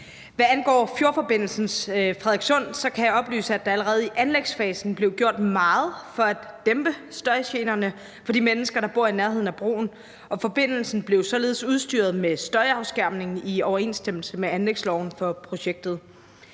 Hvad angår fjordforbindelsen til Frederikssund, kan jeg oplyse, at der allerede i anlægsfasen blev gjort meget for at dæmpe støjgenerne for de mennesker, der bor i nærheden af broen, og forbindelsen blev således udstyret med støjafskærmning i overensstemmelse med anlægsloven for projektet.